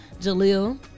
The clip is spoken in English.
jaleel